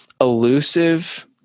elusive